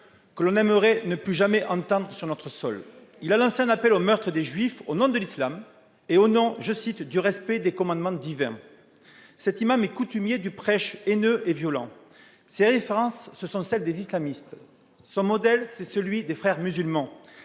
que l'on aimerait ne plus jamais entendre sur notre sol. Il a lancé un appel au meurtre des juifs au nom de l'islam et au nom « du respect des commandements divins ». Cet imam est coutumier du prêche haineux et violent. Ses références sont celles des islamistes. Son modèle est celui des Frères musulmans.